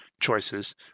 choices